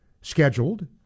scheduled